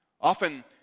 Often